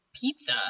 pizza